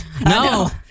No